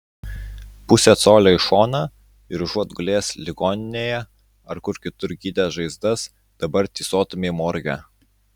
pusė colio į šoną ir užuot gulėjęs ligoninėje ar kur kitur gydęs žaizdas dabar tysotumei morge